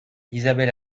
isabelle